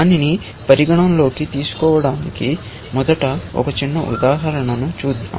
దానిని పరిగణనలోకి తీసుకోవడానికి మొదట ఒక చిన్న ఉదాహరణ ను చూద్దాం